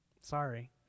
Sorry